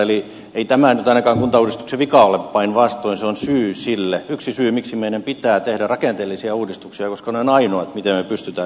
eli ei tämä nyt ainakaan kuntauudistuksen vika ole päinvastoin se on syy siihen yksi syy miksi meidän pitää tehdä rakenteellisia uudistuksia koska ne ovat ainoat keinot millä me pystymme säästämään näissä rahoissa